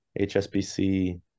hsbc